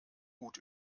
gut